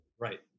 right